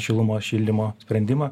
šilumos šildymo sprendimą